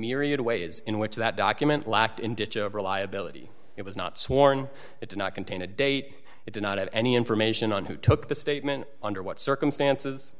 myriad ways in which that document lacked in detail of reliability it was not sworn it did not contain a date it did not have any information on who took the statement under what circumstances